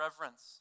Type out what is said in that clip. reverence